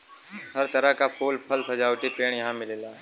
हर तरह क फूल, फल, सजावटी पेड़ यहां मिलेला